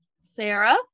Sarah